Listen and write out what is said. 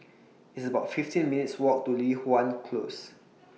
It's about fifteen minutes' Walk to Li Hwan Close